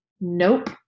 Nope